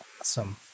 Awesome